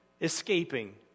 escaping